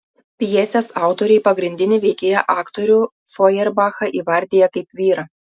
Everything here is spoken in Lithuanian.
pjesės autoriai pagrindinį veikėją aktorių fojerbachą įvardija kaip vyrą